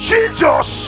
Jesus